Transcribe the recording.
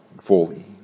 fully